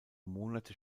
monate